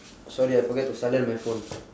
sorry I forget to silent my phone